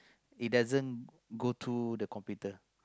it doesn't go through the computer